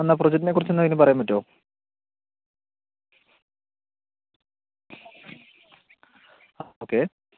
എന്നാൽ പ്രോജക്റ്റിനെക്കുറിച്ച് എന്തെങ്കിലും പറയാൻ പറ്റുമോ ഓക്കെ